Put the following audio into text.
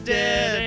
dead